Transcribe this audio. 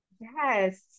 Yes